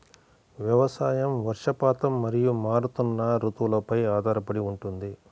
వ్యవసాయం వర్షపాతం మరియు మారుతున్న రుతువులపై ఆధారపడి ఉంటుంది